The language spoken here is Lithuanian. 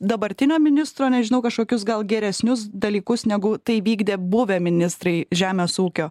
dabartinio ministro nežinau kažkokius gal geresnius dalykus negu tai vykdė buvę ministrai žemės ūkio